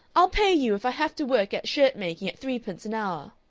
i'll pay you if i have to work at shirt-making at threepence an hour.